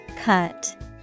Cut